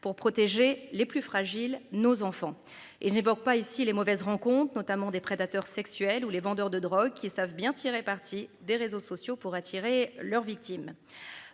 pour protéger les plus fragiles, nos enfants et n'évoque pas ici les mauvaise rencontre notamment des prédateurs sexuels ou les vendeurs de drogue qui savent bien tirer parti des réseaux sociaux pour attirer leur victime.